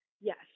yes